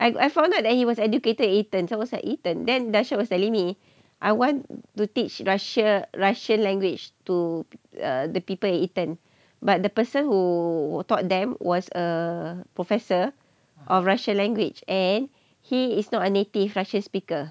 I I found out that he was educated at eton so I was like eton then dasha was telling me I want to teach russia russian language to err the people in eton but the person who taught them was a professor of russia language and he is not a native russian speaker